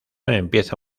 empieza